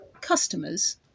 customers